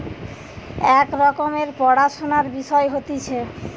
এক রকমের পড়াশুনার বিষয় হতিছে